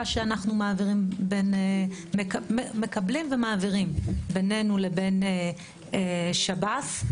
שאנחנו מקבלים ומעבירים בינינו לבין שב"ס.